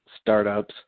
startups